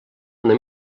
una